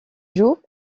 jour